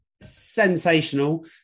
sensational